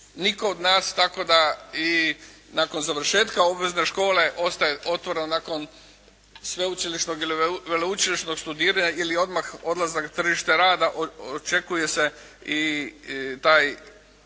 nitko od nas tako da i nakon završetka obvezne škole ostaje otvoreno nakon sveučilišnog ili veleučilišnog studiranja ili odmah odlazak na tržište rada. Očekuje se i ta